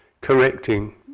correcting